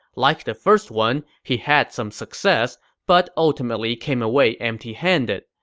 like the first one, he had some success, but ultimately came away empty-handed.